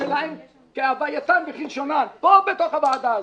שלהם כהווייתם וכלשונם פה בתוך הוועדה הזו.